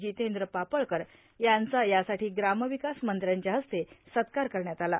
जितेंद्र पापळकर यांचा यासाठी ग्रामविकास मंत्र्यांच्या हस्ते सत्कार करण्यात आला आहे